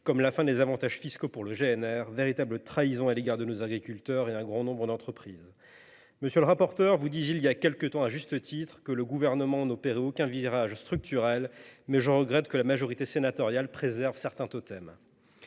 l’est la fin des avantages fiscaux pour le gazole non routier (GNR), véritable trahison à l’égard de nos agriculteurs et d’un grand nombre d’entreprises. Monsieur le rapporteur général, vous disiez voilà quelque temps, à juste titre, que le Gouvernement n’opérait aucun virage structurel ; je regrette que la majorité sénatoriale préserve certains totems.